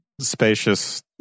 spacious